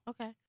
Okay